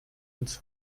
ins